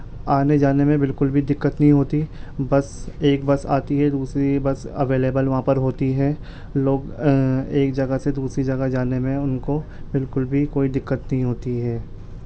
آنے جانے میں بالکل بھی دقت نہیں ہوتی بس ایک بس آتی ہے دوسری بس اویلیبل وہاں پر ہوتی ہے لوگ ایک جگہ سے دوسری جگہ جانے میں ان کو بالکل بھی کوئی دقت نہیں ہوتی ہے